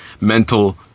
mental